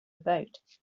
vote